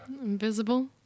Invisible